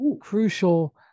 crucial